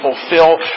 fulfill